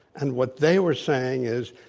and what they were saying is,